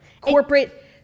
corporate